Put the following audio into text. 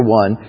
one